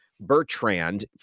Bertrand